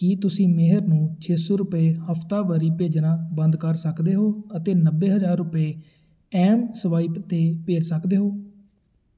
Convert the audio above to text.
ਕੀ ਤੁਸੀਂ ਮੇਹਰ ਨੂੰ ਛੇ ਸੌ ਰੁਪਏ ਹਫ਼ਤਾਵਾਰੀ ਭੇਜਣਾ ਬੰਦ ਕਰ ਸਕਦੇ ਹੋ ਅਤੇ ਨੱਬੇ ਹਜ਼ਾਰ ਰੁਪਏ ਐੱਮਸਵਾਇਪ 'ਤੇ ਭੇਜ ਸਕਦੇ ਹੋ